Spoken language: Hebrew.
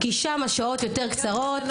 כי שם השעות יותר קצרות.